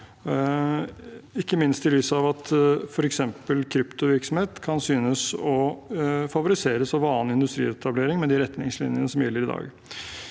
ikke minst i lys av at f.eks. kryptovirksomhet kan synes å favoriseres som vanlig industrietablering med de retningslinjene som gjelder i dag.